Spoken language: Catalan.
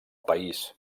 país